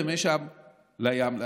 ומשם לים,